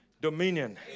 dominion